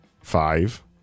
five